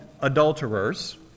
adulterers